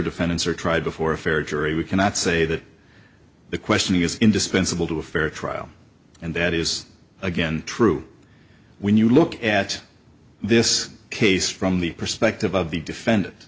defendants are tried before a fair jury we cannot say that the question is indispensable to a fair trial and that is again true when you look at this case from the perspective of the defendant